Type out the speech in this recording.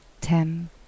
Ten